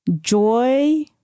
joy